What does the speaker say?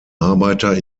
arbeiter